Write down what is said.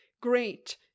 great